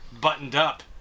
buttoned-up